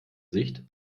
sicht